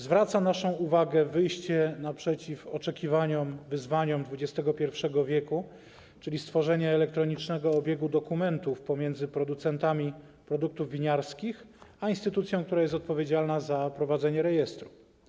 Zwraca naszą uwagę wyjście naprzeciw oczekiwaniom, wyzwaniom XXI w., czyli stworzenie elektronicznego obiegu dokumentów pomiędzy producentami produktów winiarskich a instytucją, która jest odpowiedzialna za prowadzenie rejestru.